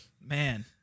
Man